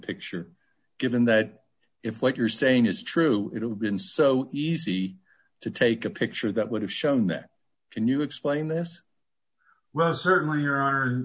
picture given that if what you're saying is true it would been so easy to take a picture that would have shown that can you explain this well certainly